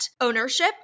ownership